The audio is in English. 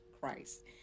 Christ